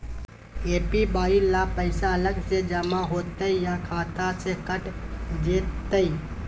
APY ल पैसा अलग स जमा होतै या खाता स कैट जेतै?